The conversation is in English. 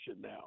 now